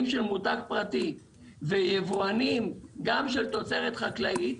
של מותג פרטי ויבואנים גם של תוצרת חקלאית,